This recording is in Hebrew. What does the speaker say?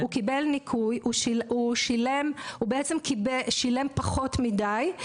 הוא שילם פחות מדי,